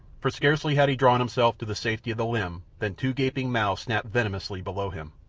for scarcely had he drawn himself to the safety of the limb than two gaping mouths snapped venomously below him.